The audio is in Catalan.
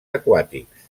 aquàtics